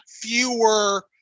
fewer